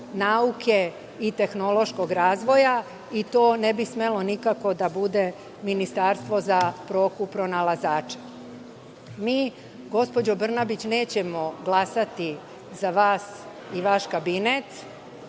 nauke i tehnološkog razvoja, i to ne bi smelo nikako da bude ministarstvo za „Proku pronalazača“.Mi, gospođo Brnabić, nećemo glasati za vas i vaš kabinet.